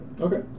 Okay